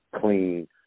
clean